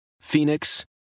Phoenix